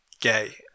Gay